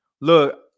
look